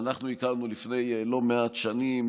אנחנו הכרנו לפני לא מעט שנים,